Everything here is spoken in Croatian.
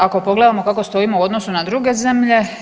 Ako pogledamo kako stojimo u odnosu na druge zemlje.